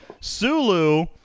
Sulu